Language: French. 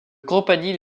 campanile